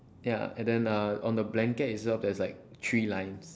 ya and then uh on the blanket itself there's like three lines